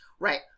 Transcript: Right